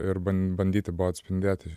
ir bandyti buvo atspindėti